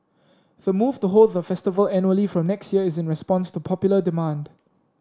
the move to hold the festival annually from next year is in response to popular demand